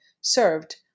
served